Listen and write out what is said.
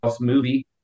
movie